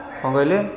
କ'ଣ କହିଲେ